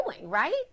right